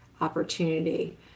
opportunity